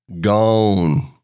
gone